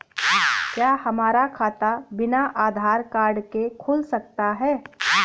क्या हमारा खाता बिना आधार कार्ड के खुल सकता है?